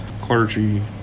Clergy